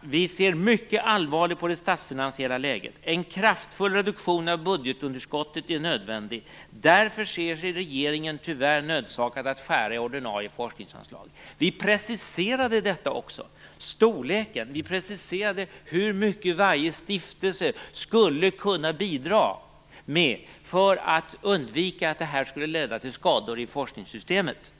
Vi ser mycket allvarligt på det statsfinansiella läget. En kraftfull reduktion av budgetunderskottet är nödvändig. Därför ser sig regeringen tyvärr nödsakad att skära i ordinarie forskningsanslag. Vi preciserade också storleken. Vi preciserade hur mycket varje stiftelse skulle kunna bidra med för att undvika att det här skulle leda till skador i forskningssystemet.